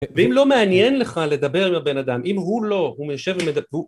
ואם לא מעניין לך לדבר עם הבן אדם אם הוא לא הוא מיישב